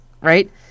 right